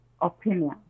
opinion